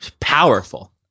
Powerful